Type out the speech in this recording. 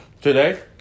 Today